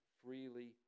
freely